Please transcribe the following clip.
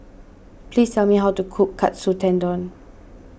please tell me how to cook Katsu Tendon